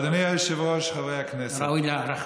אדוני היושב-ראש, חברי הכנסת, ראוי להערכה.